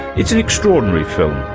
it's an extraordinary film.